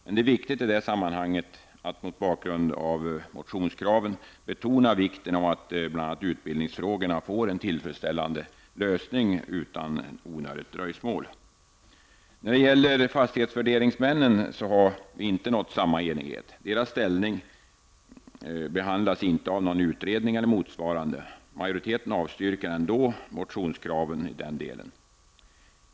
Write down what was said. Men det är angeläget i det sammanhanget att mot bakgrund av motionskraven betona vikten av att bl.a. utbildningsfrågorna får en tillfredsställande lösning utan onödigt dröjsmål. När det gäller fastighetsvärderingsmännen har vi inte nått samma enighet. Deras ställning behandlas inte i någon utredning eller motsvarande. Majoriteten avstyrker ändå motionskraven i den delen.